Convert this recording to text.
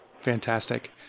Fantastic